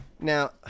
Now